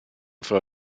frau